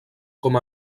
com